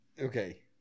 Okay